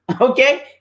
Okay